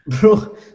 Bro